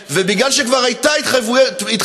בגלל שכבר היו חברי כנסת שאמרו שיקרה ובגלל שכבר הייתה